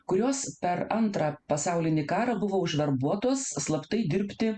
kurios per antrą pasaulinį karą buvo užverbuotos slaptai dirbti